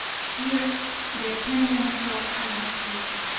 here the attendants thought i was crazy,